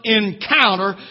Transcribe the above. encounter